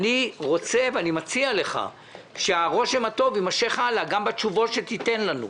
אני מציע לך שהרושם הטוב יימשך הלאה גם בתשובות שתיתן לנו.